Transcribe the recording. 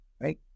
Right